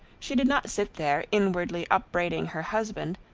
she did not sit there inwardly upbraiding her husband,